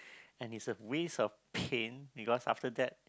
and is a ways of pain you got after that